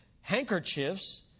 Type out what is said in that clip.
handkerchiefs